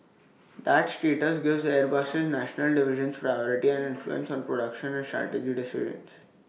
that status gives Airbus's national divisions priority and influence on production and strategy decisions